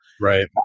Right